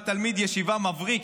הוא היה תלמיד ישיבה מבריק,